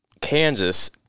Kansas